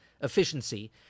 efficiency